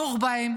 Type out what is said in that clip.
נוח'בות,